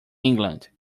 england